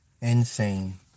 Insane